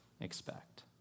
expect